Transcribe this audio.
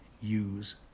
Use